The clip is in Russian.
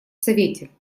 совете